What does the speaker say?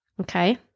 Okay